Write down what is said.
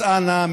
אז אנא,